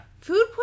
Food